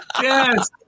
Yes